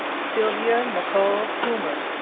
sylvia nicole coomer